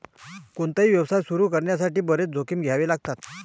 कोणताही व्यवसाय सुरू करण्यासाठी बरेच जोखीम घ्यावे लागतात